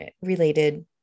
related